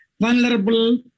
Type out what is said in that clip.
vulnerable